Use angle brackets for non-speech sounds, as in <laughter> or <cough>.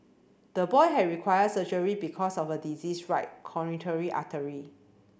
the boy had required surgery because of a diseased right <unintelligible> artery